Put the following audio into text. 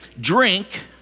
drink